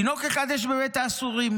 "תינוק אחד יש בבית האסורים,